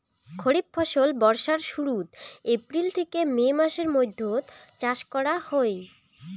খরিফ ফসল বর্ষার শুরুত, এপ্রিল থেকে মে মাসের মৈধ্যত চাষ করা হই